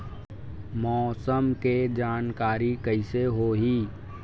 मौसम के जानकारी कइसे होही?